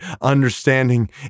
understanding